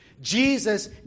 Jesus